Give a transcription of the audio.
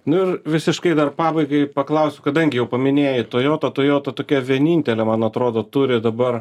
nu ir visiškai dar pabaigai paklausiu kadangi jau paminėjai toyota o toyota tokia vienintelė man atrodo turi dabar